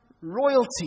royalty